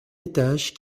étage